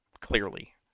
Clearly